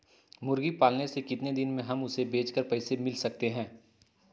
मुर्गी पालने से कितने दिन में हमें उसे बेचकर पैसे मिल सकते हैं?